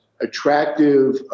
attractive